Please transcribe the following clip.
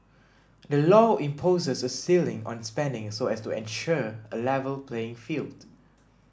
the law imposes a ceiling on spending so as to ensure a level playing field